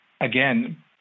again